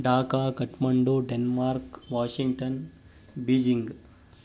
Dhaka Kathmandu Denmark Washington Beijing